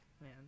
Man